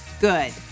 good